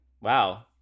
Wow